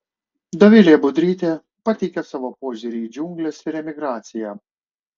dovilė budrytė pateikia savo požiūrį į džiungles ir emigraciją